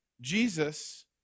Jesus